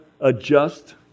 adjust